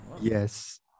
Yes